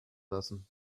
lassen